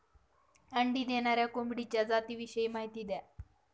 अंडी देणाऱ्या कोंबडीच्या जातिविषयी माहिती द्या